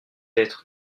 être